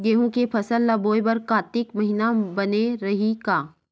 गेहूं के फसल ल बोय बर कातिक महिना बने रहि का?